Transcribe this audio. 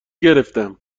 گرفتم